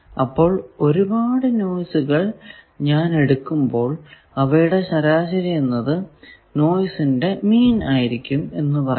അപ്പോൾ ഒരുപാടു നോയ്സുകൾ ഞാൻ എടുക്കുമ്പോൾ അവയുടെ ശരാശരി എന്നത് നോയിസിന്റെ മീൻ ആയിരിക്കും എന്ന് പറയാം